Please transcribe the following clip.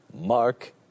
Mark